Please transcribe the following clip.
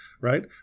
right